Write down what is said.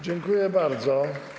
Dziękuję bardzo.